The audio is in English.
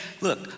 look